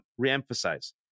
reemphasize